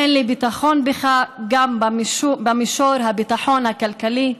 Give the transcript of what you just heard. אין לי ביטחון בך גם במישור הביטחון הכלכלי.